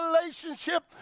relationship